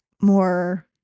more